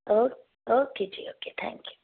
ਓ okay ji okay thank ਉ